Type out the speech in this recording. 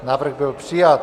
Návrh byl přijat.